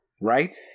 right